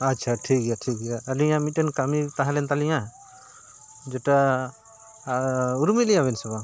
ᱟᱪᱷᱟ ᱴᱷᱤᱠ ᱜᱮᱭᱟ ᱴᱷᱤᱠ ᱜᱮᱭᱟ ᱟᱹᱞᱤᱧᱟᱜ ᱢᱤᱫᱴᱮᱱ ᱠᱟᱹᱢᱤ ᱛᱟᱦᱮᱸ ᱞᱮᱱ ᱛᱟᱹᱞᱤᱧᱟᱹ ᱡᱮᱴᱟ ᱩᱨᱩᱢ ᱞᱤᱧᱟᱹᱵᱮᱱ ᱥᱮ ᱵᱟᱝ